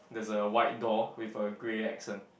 there's a white door with a grey accent